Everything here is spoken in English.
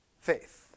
faith